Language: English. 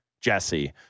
Jesse